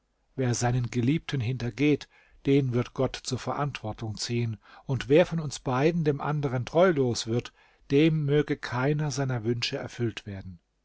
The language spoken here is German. wer seinen geliebten hintergeht den wird gott zur verantwortung ziehen und wer von uns beiden dem anderen treulos wird dem möge keiner seiner wünsche erfüllt werden